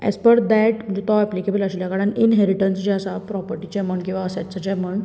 as per date म्हणजे तो applicable आसल्या कारणान इनहेरिटन्स जें आसा प्रोपर्टीचें म्हण किंवां असेट्साचें म्हण